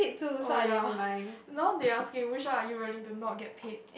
oh ya now they asking which one are you willing to not get paid